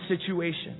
situation